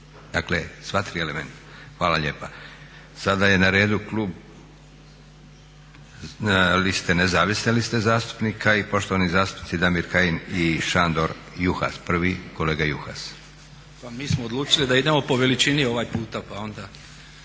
Dakle sva tri elementa. Hvala lijepa. Sada je na redu klub liste, Nezavisne liste zastupnika i poštovani zastupnici Damir Kajin i Šandor Juhas. Prvi kolega Juhas. **Juhas, Šandor (Nezavisni)** Pa mi smo odlučili da idemo po veličini ovaj puta pa onda.